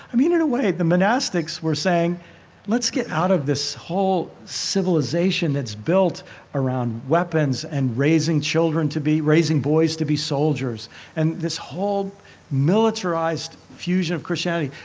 i mean, in a way the monastics were saying let's get out of this whole civilization that's built around weapons and raising children to be raising boys to be soldiers and this whole militarized fusion of christianity.